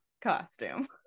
costume